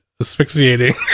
asphyxiating